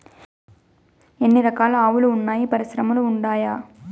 ఎన్ని రకాలు ఆవులు వున్నాయి పరిశ్రమలు ఉండాయా?